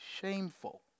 shameful